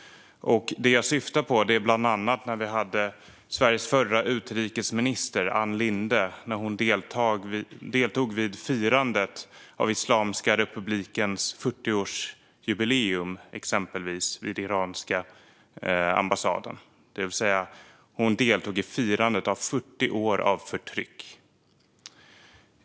Det jag syftar på är bland annat när Sveriges förra utrikesminister Ann Linde deltog i firandet av Islamiska republikens 40-årsjubileum på den iranska ambassaden. Hon deltog alltså i firandet av 40 år av förtryck.